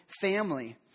family